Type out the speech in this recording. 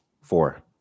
four